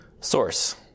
source